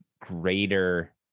greater